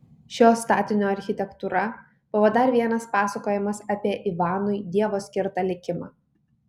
šio statinio architektūra buvo dar vienas pasakojimas apie ivanui dievo skirtą likimą